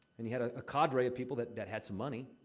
and he had a cadre of people that that had some money.